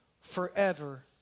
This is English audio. forever